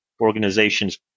organizations